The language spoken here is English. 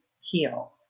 heal